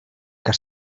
que